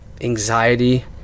anxiety